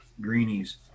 greenies